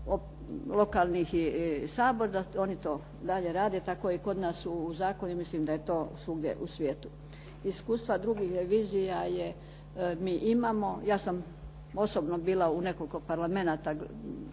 lokalnih i Sabor, da oni to dalje rade. Tako je i kod nas u zakonu i mislim da je to svugdje u svijetu. Iskustva drugih revizija mi imamo. Ja sam osobno bila u nekoliko parlamenata,